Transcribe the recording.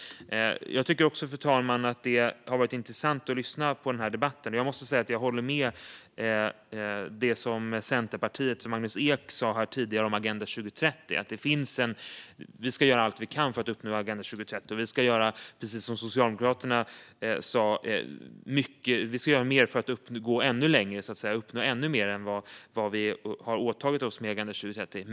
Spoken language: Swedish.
Jag tycker, fru talman, att det har varit intressant att lyssna på den här debatten. Och jag håller med om det som Centerpartiets Magnus Ek sa här tidigare om Agenda 2030, att vi ska göra allt vi kan för att uppnå Agenda 2030. Och vi ska, precis som Socialdemokraterna sa, göra mer för att uppnå ännu mer än vad vi har åtagit oss med Agenda 2030.